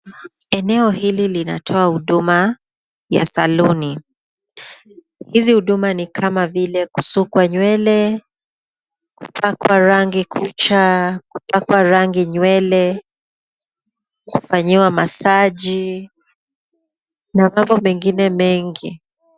Eneo hili linatoa huduma ya saluni. Hizi huduma ni kama vile kusukwa nywele, kupakwa rangi kucha, kupakwa rangi nywele, kufanyiwa masaji na mambo mengine mengi.